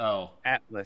Atlas